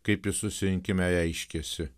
kaip jis susirinkime reiškėsi